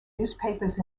newspapers